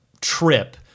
trip